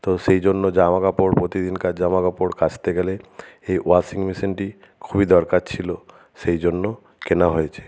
তো সেই জন্য জামা কাপড় প্রতিদিনকার জামা কাপড় কাচতে গেলে এই ওয়াশিং মেশিনটি খুবই দরকার ছিল সেই জন্য কেনা হয়েছে